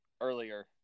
earlier